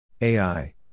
AI